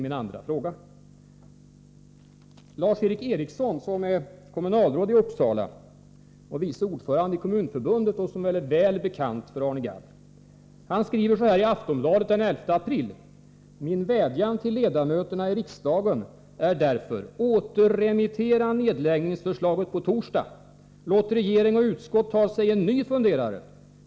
Lars Eric Ericsson, som är kommunalråd i Uppsala och vice ordförande i Kommunförbundet och som är väl bekant för Arne Gadd, skrev följande i Aftonbladet den 11 april: ”Min vädjan till ledamöterna i riksdagen är därför: Återremittera nedläggningsförslaget på torsdag! Låt regering och utskott ta sig en ny funderare.